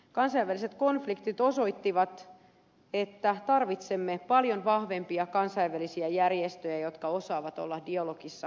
kansainväliset konfliktit ovat osoittaneet että tarvitsemme paljon vahvempia kansainvälisiä järjestöjä jotka osaavat olla dialogissa keskenään